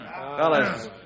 Fellas